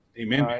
amen